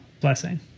blessing